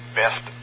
best